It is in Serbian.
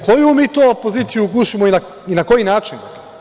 Koju mi to opoziciju gušimo i na koji način?